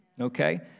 Okay